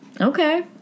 Okay